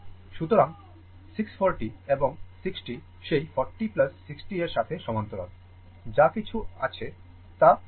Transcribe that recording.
সুতরাং 6 40 এবং 60 সেই 40 20 এর সাথে সমান্তরাল যা কিছু আসে তা 20 kilo Ω